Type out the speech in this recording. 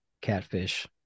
catfish